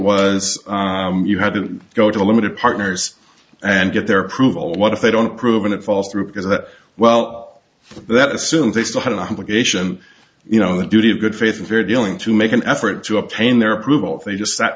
was you had to go to limited partners and get their approval what if they don't prove it falls through because that well that assumes they still had an obligation you know the duty of good faith and fair dealing to make an effort to obtain their approval if they just sat